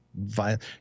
violent